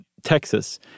Texas